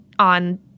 on